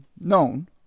known